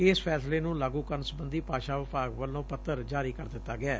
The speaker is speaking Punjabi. ਇਸ ਫੈਸਲੇ ਨੂੰ ਲਾਗੂ ਕਰਨ ਸਬੰਧੀ ਭਾਸ਼ਾ ਵਿਭਾਗ ਵਲੋਂ ਪੱਤਰ ਜਾਰੀ ਕਰ ਦਿੱਤਾ ਗਿਐ